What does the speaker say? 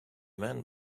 men